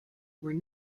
were